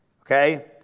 Okay